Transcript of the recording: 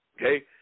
Okay